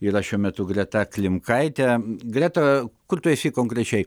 yra šiuo metu greta klimkaitė greta kur tu esi konkrečiai